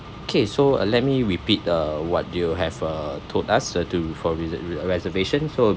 K so uh let me repeat the what do you have uh told us uh to for reser~ re~ uh reservation so